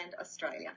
australia